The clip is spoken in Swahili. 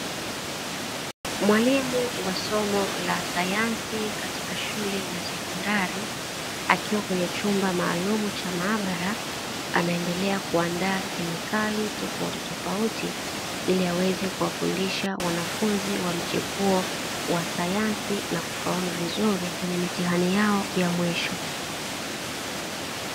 Mwalimu wa somo la sayansi katika shule za sekondari, akiwa kwenye chumba maalumu cha mahabara, anaendelea kuandaa kemikali tofautitofauti, ili aweze kuwafundisha wanafunzi wa mchepuo wa sayansi na kufaulu vizuri kwenye mitihani yao ya mwisho.